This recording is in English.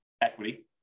equity